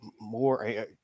more